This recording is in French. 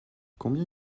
combien